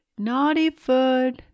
Naughtyfoot